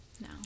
No